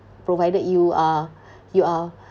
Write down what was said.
provided you are you are